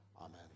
Amen